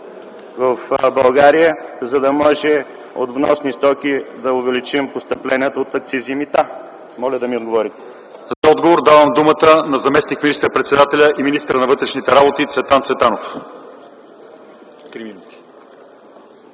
в България, за да може от вносни стоки да увеличим постъпленията от акцизи и мита? Моля да ми отговорите. ПРЕДСЕДАТЕЛ ЛЪЧЕЗАР ИВАНОВ: За отговор давам думата на заместник министър-председателя и министър на вътрешните работи Цветан Цветанов.